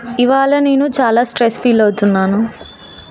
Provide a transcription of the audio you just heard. ఇవాళ నేను చాలా స్ట్రెస్ ఫీలవుతున్నాను